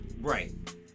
Right